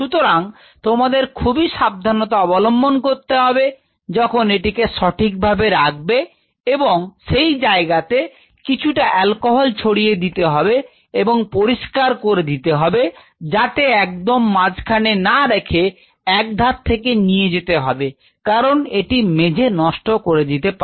সুতরাং তোমাদের খুবই সাবধানতা অবলম্বন করতে হবে যখন এটিকে সঠিকভাবে রাখবে এবং সেই জায়গাতে কিছুটা অ্যালকোহল ছড়িয়ে দিতে হবে এবং পরিষ্কার করে দিতে হবে যাতে এক দম মাঝখানে না রেখে একধার থেকে নিয়ে যেতে হবে কারণ এটি মেঝে নষ্ট করে দিতে পারে